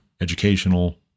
educational